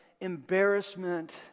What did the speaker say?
embarrassment